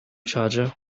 charger